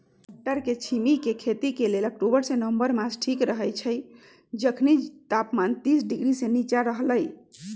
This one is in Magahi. मट्टरछिमि के खेती लेल अक्टूबर से नवंबर मास ठीक रहैछइ जखनी तापमान तीस डिग्री से नीचा रहलइ